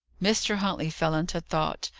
mr. huntley fell into thought,